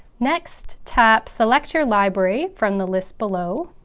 next tap select your library from the list below